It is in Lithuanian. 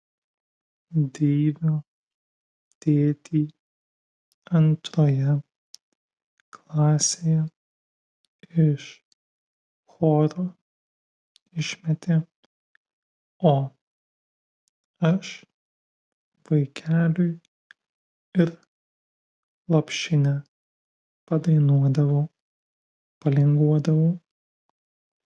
deivio tėtį antroje klasėje iš choro išmetė o aš vaikeliui ir lopšinę padainuodavau palinguodavau